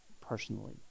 personally